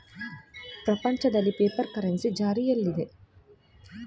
ಪ್ರಪಂಚದಲ್ಲಿ paper currency ಜಾರಿಯಲ್ಲಿದೆ